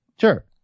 Sure